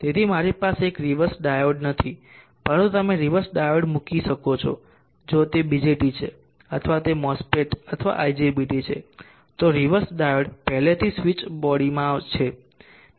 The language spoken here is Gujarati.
તેથી મારી પાસે કોઈ રીવર્સ ડાયોડ નથી પરંતુ તમે રીવર્સ ડાયોડ મૂકી શકો જો તે BJT છે અથવા જો તે MOSFET અથવા IGBT છે તો રીવર્સ ડાયોડ પહેલાથી જ સ્વીચ બોડીમાં છે